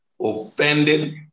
offended